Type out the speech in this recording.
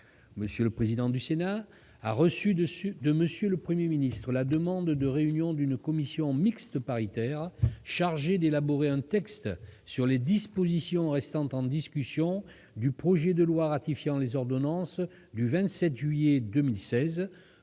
M. le président du Sénat a reçu de M. le Premier ministre la demande de réunion d'une commission mixte paritaire chargée d'élaborer un texte sur les dispositions restant en discussion du projet de loi ratifiant les ordonnances n° 2016-1019 du 27 juillet 2016